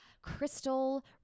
crystal